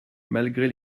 malgré